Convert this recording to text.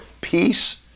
peace